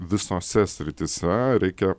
visose srityse reikia